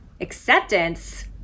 Acceptance